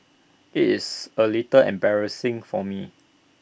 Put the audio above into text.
IT is A little embarrassing for me